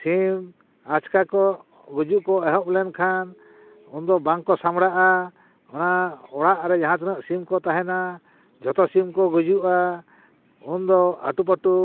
ᱥᱤᱢ ᱟᱪᱠᱟ ᱠᱚ ᱜᱩᱡᱩᱜ ᱠᱚ ᱮᱦᱚᱵ ᱞᱮᱱᱠᱷᱟᱱ ᱩᱱ ᱫᱚ ᱵᱟᱝᱠᱚ ᱥᱟᱢᱲᱟᱜᱼᱟ ᱚᱱᱟ ᱚᱲᱟᱜ ᱨᱮ ᱡᱟᱦᱟᱸ ᱛᱤᱱᱟᱹᱜ ᱥᱤᱢ ᱠᱚ ᱛᱟᱦᱮᱱᱟ ᱡᱷᱚᱛᱚ ᱥᱤᱢ ᱠᱚ ᱜᱩᱡᱩᱜᱼᱟ ᱩᱱ ᱫᱚ ᱟᱹᱴᱩ ᱯᱟᱹᱴᱩ